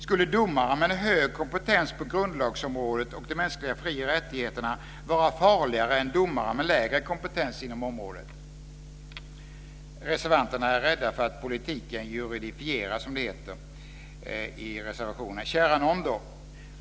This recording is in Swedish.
Skulle domare med en hög kompetens på grundlagsområdet och om de mänskliga fri och rättigheterna vara farligare än domare med lägre kompetens inom området? Reservanterna är rädda för att politiken juridifieras, som det heter i reservationen. Kära nån då!